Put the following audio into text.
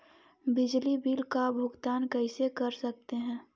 बिजली बिल का भुगतान कैसे कर सकते है?